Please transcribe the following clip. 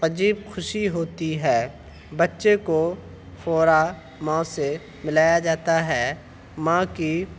عجیب خوشی ہوتی ہے بچے کو فوراً ماں سے ملایا جاتا ہے ماں کی